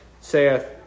saith